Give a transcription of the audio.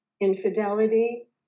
infidelity